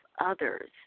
others